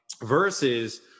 Versus